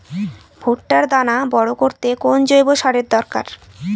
ভুট্টার দানা বড় করতে কোন জৈব সারের দরকার?